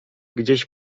gdzieś